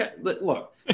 Look